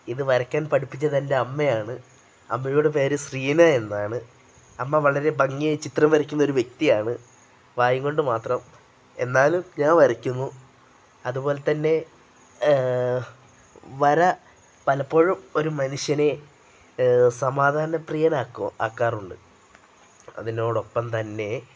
ഇത് വരയ്ക്കാൻ പഠിപ്പിച്ചതെൻ്റെ അമ്മയാണ് അമ്മയുടെ പേര് ശ്രീന എന്നാണ് അമ്മ വളരെ ഭംഗിയായി ചിത്രം വരയ്ക്കുന്നൊരു വ്യക്തിയാണ് വായിൽ കൊണ്ടു മാത്രം എന്നാലും ഞാൻ വരയ്ക്കുന്നു അതു പോലെ തന്നെ വര പലപ്പോഴും ഒരു മനുഷ്യനെ സമാധാനപ്രിയനാക്കൊ ആക്കാറുണ്ട് അതിനോടൊപ്പം തന്നെ